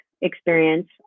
experience